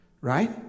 Right